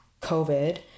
COVID